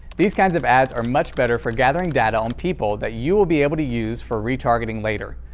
these kinds of ads are much better for gathering data on people that you will be able to use for retargeting later.